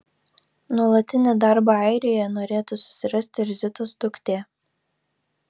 nuolatinį darbą airijoje norėtų susirasti ir zitos duktė